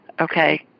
Okay